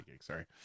Sorry